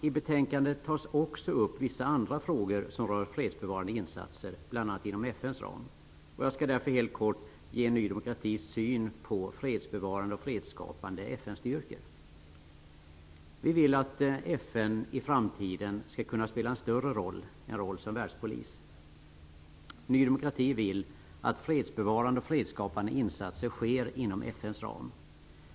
I betänkandet tas också vissa andra frågor upp som rör fredsbevarande insatser bl.a. inom FN:s ram. Jag skall därför helt kort ge Ny demokratis syn på fredsbevarande och fredsskapande FN:styrkor. Vi vill att FN i framtiden skall kunna spela en större roll, en roll som världspolis. Ny demokrati vill att fredsbevarande och fredsskapande insatser sker inom FN:s ram.